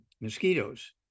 mosquitoes